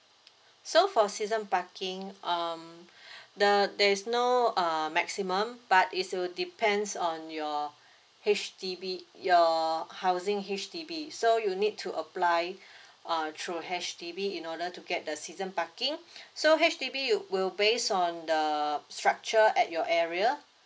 so for season parking um the there is no uh maximum but is will depends on your H_D_B your housing H_D_B so you need to apply err through H_D_B in order to get the season parking so H_D_B will base on the structure at your area